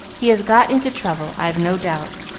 he has got into trouble, i've no doubt,